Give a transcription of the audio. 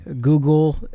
google